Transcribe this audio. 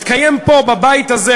התקיים פה בבית הזה,